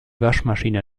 waschmaschine